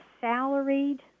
salaried